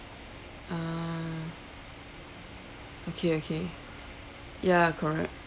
ah okay okay ya correct